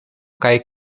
kaj